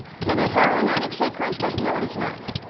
can a heroin addict say christ doesn't know what it's like?